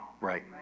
Right